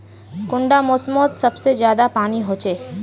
कुंडा मोसमोत सबसे ज्यादा पानी होचे?